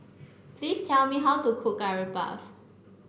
please tell me how to cook Curry Puff